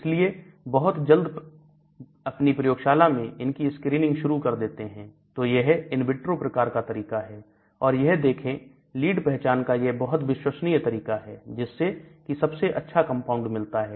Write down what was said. इसलिए बहुत जल्दी अपनी प्रयोगशाला में इनकी स्क्रीनिंग शुरू कर देते हैं तो यह इन विट्रो प्रकार का तरीका है और यह देखें लीड पहचान का यह बहुत विश्वसनीय तरीका है जिससे कि सबसे अच्छा कंपाउंड मिलता है